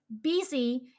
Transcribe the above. busy